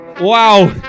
Wow